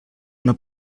una